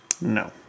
No